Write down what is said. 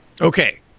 Okay